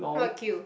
what queue